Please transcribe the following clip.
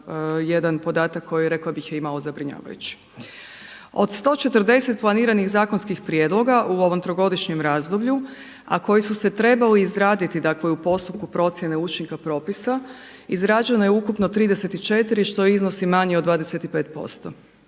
jedan podatak koji rekla bih je i malo zabrinjavajući. Od 140 planiranih zakonskih prijedloga u ovom trogodišnjem razdoblju a koji su se trebali izraditi dakle u postupku procjene učinka propisa izrađeno je ukupno 34 što iznosi manje od 25%.